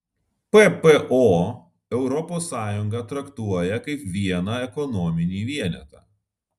ppo europos sąjungą traktuoja kaip vieną ekonominį vienetą